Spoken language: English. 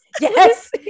Yes